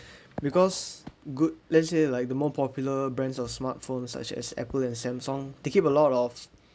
because good let's say like the more popular brands or smartphones such as Apple and Samsung they keep a lot of